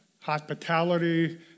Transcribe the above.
hospitality